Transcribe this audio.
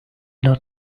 not